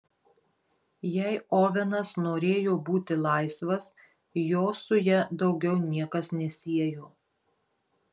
jei ovenas norėjo būti laisvas jo su ja daugiau niekas nesiejo